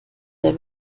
der